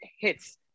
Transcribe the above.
hits